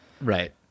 Right